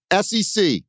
SEC